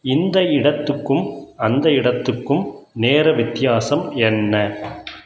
இந்த இடத்துக்கும் அந்த இடத்துக்கும் நேர வித்தியாசம் என்ன